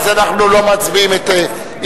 אז אנחנו לא מצביעים על הסתייגותו,